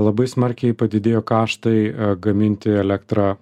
labai smarkiai padidėjo kaštai gaminti elektrą